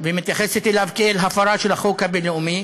ומתייחסת אליו כאל הפרה של החוק הבין-לאומי,